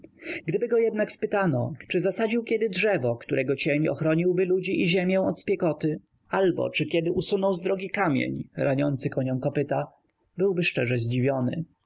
gdyby go jednak spytano czy zasadził kiedy drzewo którego cień ochroniłby ludzi i ziemię od spiekoty albo czy kiedy usunął z drogi kamień raniący koniom kopyta byłby szczerze zdziwiony